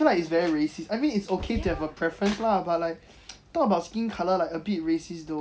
I feel like it's very racist I mean it's okay to have a preference lah but like talk about like skin colour like a bit racist though